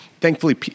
thankfully